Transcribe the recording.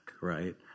right